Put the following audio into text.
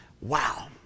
Wow